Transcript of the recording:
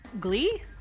Glee